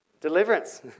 Deliverance